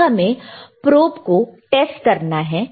अब हमें प्रोब mको टेक्स्ट करना होगा